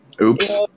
oops